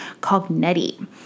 Cognetti